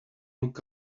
look